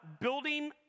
Building